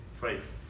faith